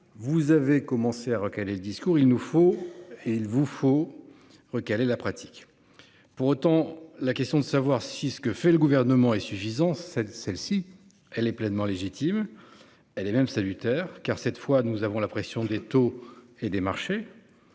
Vous avez commencé à est le discours, il nous faut et, il vous faut recaler la pratique. Pour autant, la question de savoir si ce que fait le gouvernement et. Celle-ci elle est pleinement légitime. Elle est même salutaire car cette fois, nous avons la pression des taux et des marchés.